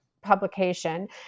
publication